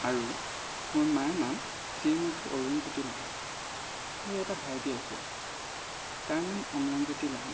আৰু মোৰ মাৰ নাম শ্ৰীমতী অৰুণজোতি লাহন মোৰ এটা ভাইটি আছে তাৰ নাম অম্লানজ্যোতি লাহন